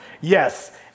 Yes